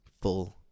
full